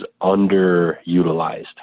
underutilized